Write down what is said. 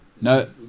No